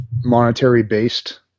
monetary-based